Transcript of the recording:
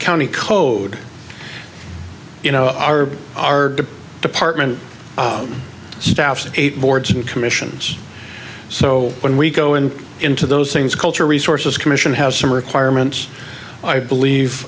county code you know our our department staffs are eight boards and commissions so when we go in into those things culture resources commission has some requirements i believe